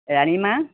ৰাণী মা